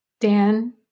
dan